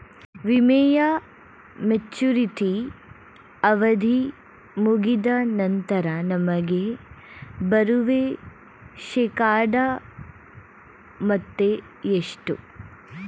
ವಿಮೆಯ ಮೆಚುರಿಟಿ ಅವಧಿ ಮುಗಿದ ನಂತರ ನಮಗೆ ಬರುವ ಶೇಕಡಾ ಮೊತ್ತ ಎಷ್ಟು?